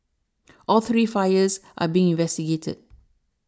all three fires are being investigated